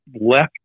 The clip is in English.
left